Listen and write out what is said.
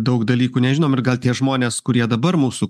daug dalykų nežinom ir gal tie žmonės kurie dabar mūsų